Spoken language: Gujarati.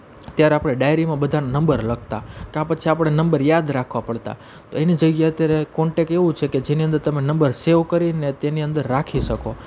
ત્યારે આપણે ડાયરીમાં બધાના નંબર લખતા કાં પછી આપણે નંબર યાદ રાખવા પડતા તો એની જગ્યા અત્યારે કોન્ટેક એવું છેકે જેની અંદર તમે નંબર સેવ કરીને તેની અંદર રાખી શકો